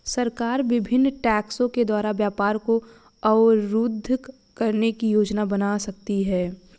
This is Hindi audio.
सरकार विभिन्न टैक्सों के द्वारा व्यापार को अवरुद्ध करने की योजना बना सकती है